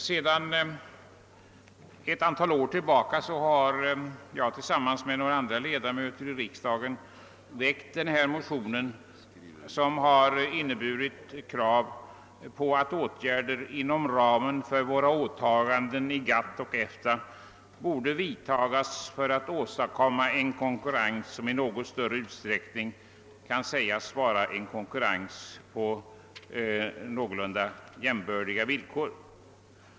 Sedan ett antal år tillbaka har jag tillsammans med några andra ledamöter i riksdagen väckt en motion på detta område, som inneburit krav på att åtgärder inom ramen för våra åtaganden i GATT och EFTA borde vidtagas för att åstadkomma en konkurrens, som i något större utsträckning kunde sägas innebära en konkurrens på någorlunda jämbördiga villkor.